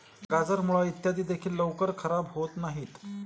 गाजर, मुळा इत्यादी देखील लवकर खराब होत नाहीत